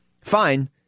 Fine